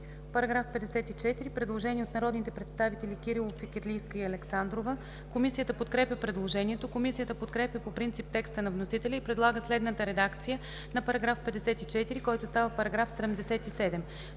Параграф 53 – предложение от народните представители Данаил Кирилов, Йорданка Фикирлийска и Анна Александрова. Комисията подкрепя предложението. Комисията подкрепя по принцип текста на вносителя и предлага следната редакция на § 53, който става § 76: „§ 76.